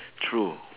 true